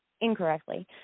incorrectly